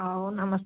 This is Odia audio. ହଉ ନମସ୍କାର